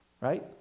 right